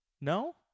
No